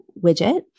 widget